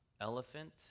elephant